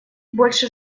больше